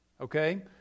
okay